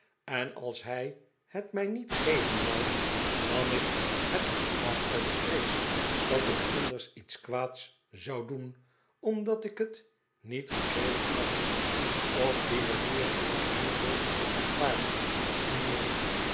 en als hij het mij niet geven wou nam ik het maar uit vrees dat ik anders iets kwaads zou doen omdat ik het niet gekregen had op die manier heb ik hem veel verdriet bespaard mijnheer